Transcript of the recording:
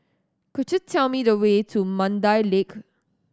could you tell me the way to Mandai Lake